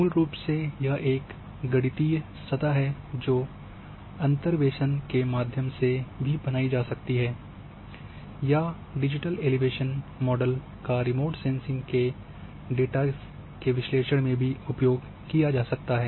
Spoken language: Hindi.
मूल रूप से यह एक गणितीय सतह है जो अंतर्वेसन के माध्यम से भी बनाई जा सकती है या डिजिटल एलिवेशन मॉडल का रिमोट सेंसिंग के डेटा के विश्लेषण में भी उपयोग किया सकता है